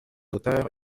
auteurs